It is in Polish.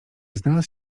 znalazł